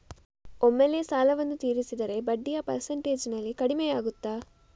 ಒಮ್ಮೆಲೇ ಸಾಲವನ್ನು ತೀರಿಸಿದರೆ ಬಡ್ಡಿಯ ಪರ್ಸೆಂಟೇಜ್ನಲ್ಲಿ ಕಡಿಮೆಯಾಗುತ್ತಾ?